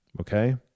Okay